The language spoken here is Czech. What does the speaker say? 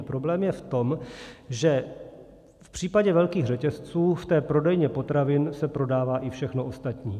Problém je v tom, že v případě velkých řetězců v té prodejně potravin se prodává i všechno ostatní.